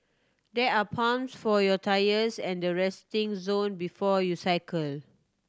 there are pumps for your tyres at the resting zone before you cycle